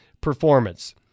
performance